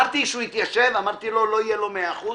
כשהוא התיישב, אמרתי לו: לא יהיה לו מאה אחוז.